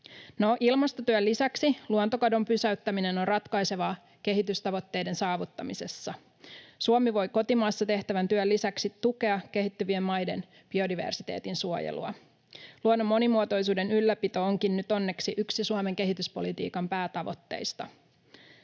Ilmastotyön lisäksi luontokadon pysäyttäminen on ratkaisevaa kehitystavoitteiden saavuttamisessa. Suomi voi kotimaassa tehtävän työn lisäksi tukea kehittyvien maiden biodiversiteetin suojelua. Luonnon monimuotoisuuden ylläpito onkin nyt onneksi yksi Suomen kehityspolitiikan päätavoitteista.